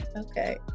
Okay